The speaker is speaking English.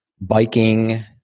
biking